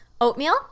oatmeal